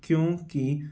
ਕਿਉਂਕਿ